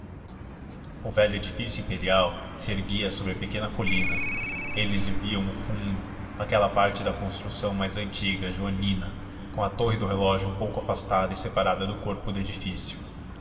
o velho edifício imperial se erguia sobre a pequena colina eles lhe viam o fundo aquela parte de construção mais antiga joanina com a torre do relógio um pouco afastada e separada do corpo do edifício